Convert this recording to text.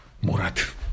Murat